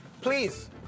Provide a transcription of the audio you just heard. please